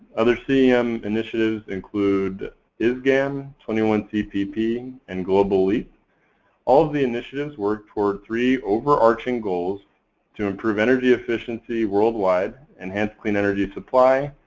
other cem and initiatives include isgan, twenty one cpp, and global leap. all the initiatives work towards three overarching goals to improve energy efficiency worldwide, enhance clean energy supply,